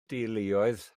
deuluoedd